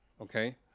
okay